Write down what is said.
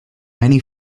many